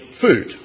food